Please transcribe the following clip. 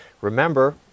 Remember